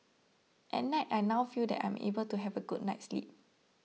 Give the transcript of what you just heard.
at night I now feel that I am able to have a good night's sleep